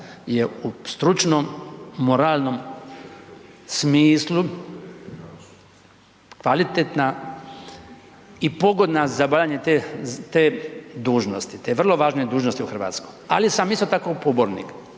je stručnom, moralnom smislu, kvalitetna i pogodna za obavljanje te dužnosti, te vrlo važne dužnosti u Hrvatskoj. Ali sam isto tako pobornik